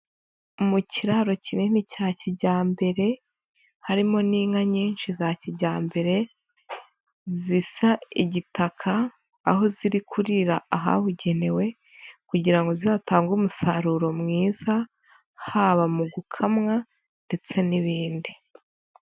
Mu kiraro kinini cya kijyambere, harimo n'inka nyinshi za kijyambere, zisa igitaka aho ziri kurira ahabugenewe kugira ngo zitange umusaruro mwiza haba mu gukamwa ndetse n'ibindi.